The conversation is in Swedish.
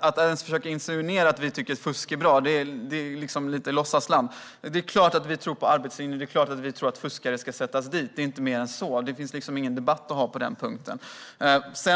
Att ens försöka insinuera att vi skulle tycka att fusk är bra är lite av ett låtsasland. Det är klart att vi tror på arbetslinjen. Det är klart att vi tycker att fuskare ska sättas dit. Det är inte mer än så - det finns inget att debattera på den punkten.